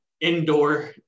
indoor